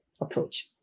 approach